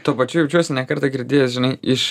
tuo pačiu jaučiuosi ne kartą girdėjęs žinai iš